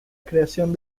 creación